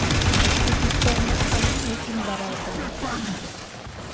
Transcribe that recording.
ticket ᱠᱚ ᱮᱢᱚᱜ ᱠᱟᱱᱟ ᱢᱮᱥᱤᱱ ᱫᱟᱨᱟᱭ ᱛᱮᱜᱮ